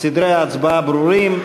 סדרי ההצבעה ברורים.